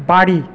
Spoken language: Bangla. বাড়ি